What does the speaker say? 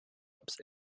ups